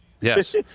Yes